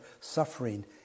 suffering